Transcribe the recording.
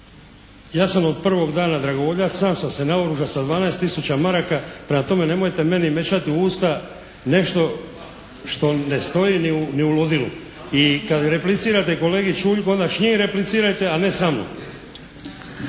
ja sam od prvog dana dragovoljac. Sam sam se naoružao sa 12 tisuća maraka. Prema tome nemojte meni mećati u usta nešto što ne stoji ni u ludilu. I kad replicirate kolegi Čuljku onda s njim replicirajte a ne sa mnom.